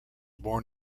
born